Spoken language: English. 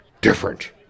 different